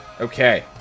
Okay